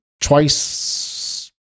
twice